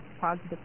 positive